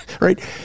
right